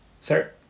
Sir